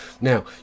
now